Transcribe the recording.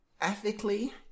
Ethically